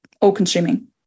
all-consuming